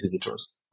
visitors